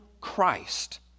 Christ